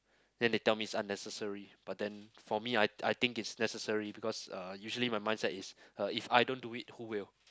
then they tell me it's unnecessary but then for me I I think it's necessary because uh usually my mindset is uh if I don't do it who will